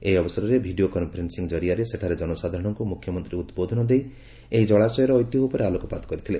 ଏହି ଅବସରରେ video conferencing କରିଆରେ ସେଠାରେ ଜନସାଧାରଣଙ୍କୁ ମୁଖ୍ୟମନ୍ତୀ ଉଦ୍ବୋଧନ ଦେଇ ଏହି ଜଳାଶୟର ଐତିହ୍ୟ ଉପରେ ଆଲୋକପାତ କରିଥିଲେ